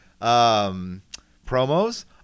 promos